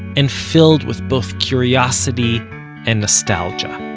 and filled with both curiosity and nostalgia